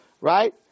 Right